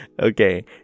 Okay